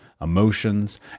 emotions